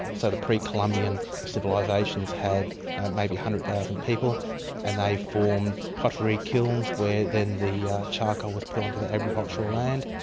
so the pre-columbian civilisations had maybe one hundred thousand people and they formed pottery kilns where then the charcoal was put onto the agricultural land.